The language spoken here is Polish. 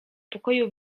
pokoju